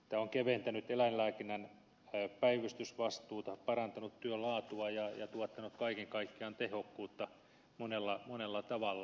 tämä on keventänyt eläinlääkinnän päivystysvastuuta parantanut työn laatua ja tuottanut kaiken kaikkiaan tehokkuutta monella tavalla